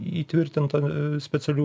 įtvirtinta specialių